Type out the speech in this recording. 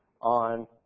on